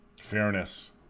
fairness